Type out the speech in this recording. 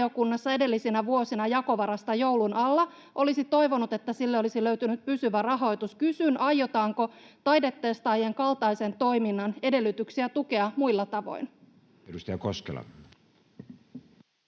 edellisinä vuosina jakovarasta joulun alla. Olisi toivonut, että sille olisi löytynyt pysyvä rahoitus. Kysyn: aiotaanko Taidetestaajien kaltaisen toiminnan edellytyksiä tukea muilla tavoin? [Speech